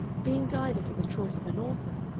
being guided in the choice of an author,